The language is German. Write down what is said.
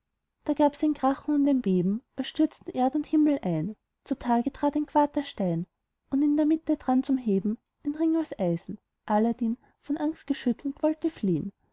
da gab's ein krachen und ein beben als stürzten erd und himmel ein zutage trat ein quaderstein und in der mitte dran zum heben ein ring aus eisen aladdin von angst geschüttelt wollte fliehn